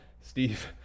Steve